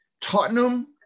tottenham